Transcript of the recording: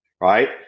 right